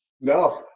No